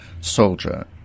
soldier